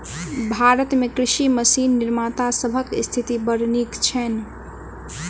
भारत मे कृषि मशीन निर्माता सभक स्थिति बड़ नीक छैन